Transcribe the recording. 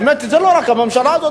האמת היא שזה לא רק הממשלה הזאת,